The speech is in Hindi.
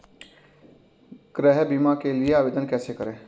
गृह बीमा के लिए आवेदन कैसे करें?